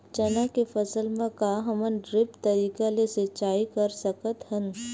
चना के फसल म का हमन ड्रिप तरीका ले सिचाई कर सकत हन?